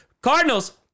Cardinals